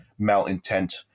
malintent